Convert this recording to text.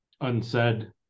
unsaid